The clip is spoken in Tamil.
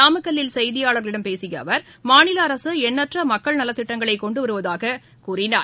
நாமக்கல்லில் செய்தியாளர்களிடம் பேசிய அவர் மாநில அரசு எண்ணற்ற மக்கள் நலத்திட்டங்களை மேற்கொண்டு வருவதாக கூறினார்